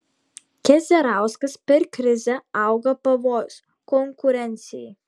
keserauskas per krizę auga pavojus konkurencijai